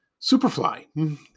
Superfly